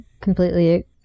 completely